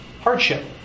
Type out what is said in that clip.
Hardship